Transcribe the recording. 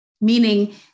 Meaning